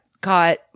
caught